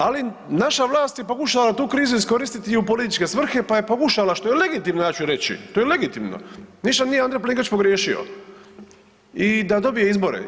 Ali naša vlast je pokušala tu krizu iskoristiti i u političke svrhe, pa je pokušala što je legitimno ja ću reći, to je legitimno, ništa nije Andrej Plenković pogriješio i da dobije izbore.